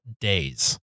Days